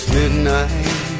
midnight